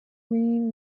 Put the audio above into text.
green